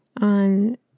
on